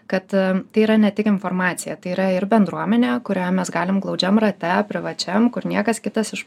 kad tai yra ne tik informacija tai yra ir bendruomenė kurioje mes galim glaudžiam rate privačiam kur niekas kitas iš